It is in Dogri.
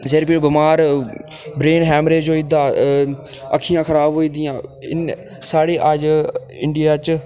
सिर पीड़ बमार ब्रेन हैमरेज होई जंदा अ अक्खियां खराब होई जंदियां इन साढ़े अज्ज इंडिया च